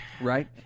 Right